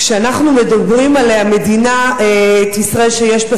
כשאנחנו מדברים על מדינת ישראל שיש בה